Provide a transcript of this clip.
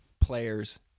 players